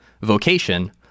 vocation